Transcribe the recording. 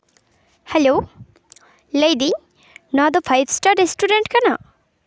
hello ᱞᱟᱹᱭᱫᱟᱹᱧ ᱱᱚᱣᱟᱠᱤ five star restaurant ᱠᱟᱱᱟ